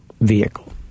vehicle